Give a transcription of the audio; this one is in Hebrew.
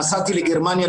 נסעתי לגרמניה,